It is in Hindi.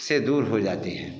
से दूर हो जाती है